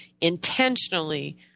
intentionally